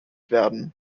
werden